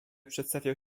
przedstawiał